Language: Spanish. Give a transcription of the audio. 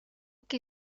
que